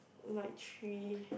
night tree